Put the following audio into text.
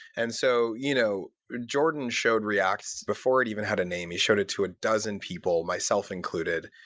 and so you know jordan showed react before it even had a name, he showed it to a dozen people, myself included,